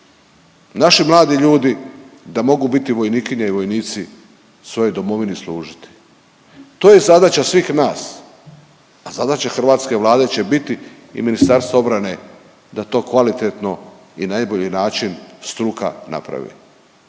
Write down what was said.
naši mladi ljudi da mogu biti vojnikinje i vojnici svojoj domovini služiti. To je zadaća svih nas, a zadaća hrvatske Vlade će biti i Ministarstva obrane da to kvalitetno i najbolji način struka napravi.